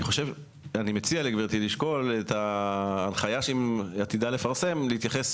אני מציע לגברתי לשקול את ההנחיה שהיא עתידה לפרסם ולהתייחס